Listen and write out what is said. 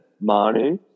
Manu